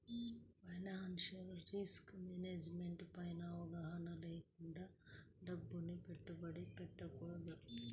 financial risk management పైన అవగాహన లేకుండా డబ్బుని పెట్టుబడి పెట్టకూడదు